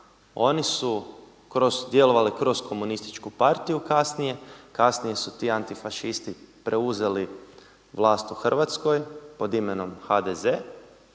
oni su djelovali kroz komunističku partiju kasnije, kasnije su ti antifašisti preuzeli vlast u Hrvatskoj pod imenom HDZ